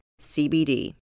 CBD